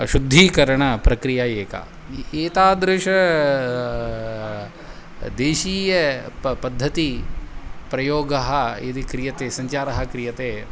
शुद्धीकरणप्रक्रिया एका एतादृश देशीय प पद्धतेः प्रयोगः यदि क्रियते सञ्चारः क्रियते